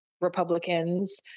Republicans